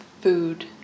food